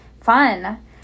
Fun